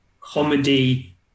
comedy